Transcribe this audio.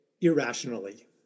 irrationally